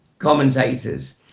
commentators